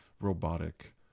robotic